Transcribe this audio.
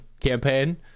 campaign